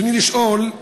רצוני לשאול: